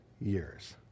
years